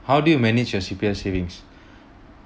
how do you manage your C_P_F savings